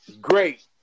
Great